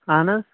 اَہَن حظ